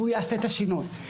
והוא יעשה את השינוי.